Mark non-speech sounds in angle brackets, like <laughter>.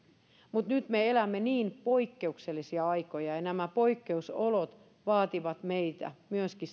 mutta nyt me elämme niin poikkeuksellisia aikoja ja nämä poikkeusolot vaativat meiltä myöskin <unintelligible>